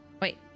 Wait